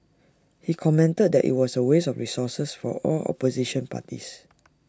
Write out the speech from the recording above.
he commented that IT was A waste of resources for all opposition parties